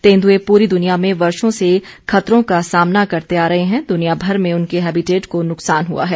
तेंदुए पूरी दुनिया में वर्षो से खतरों का सामना करते आ रहे हैं दुनियाभर में उनके हेबिटेट को नुकसान हुआ है